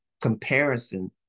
comparison